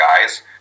guys